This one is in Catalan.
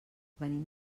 venim